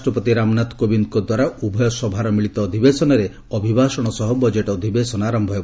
ରାଷ୍ଟ୍ରପତି ରାମନାଥ କୋବିନ୍ଦଙ୍କ ଦ୍ୱାରା ଉଭୟ ସଭାର ମିଳିତ ଅଧିବେଶନରେ ଅଭିଭାଷଣ ସହ ବଜେଟ୍ ଅଧିବେଶନ ଆରମ୍ଭ ହେବ